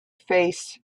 face